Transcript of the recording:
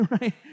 right